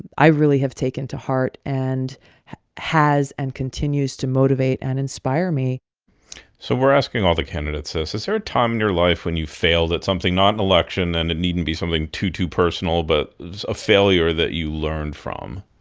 i really have taken to heart and has and continues to motivate and inspire me so we're asking all the candidates ah so is there a time in your life when you failed at something, not an election, and it needn't be something too, too personal but a failure that you learned from?